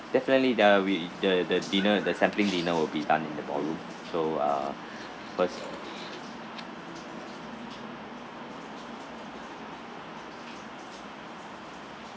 definitely there will be the the dinner the sampling dinner will be done in the ballroom so uh cause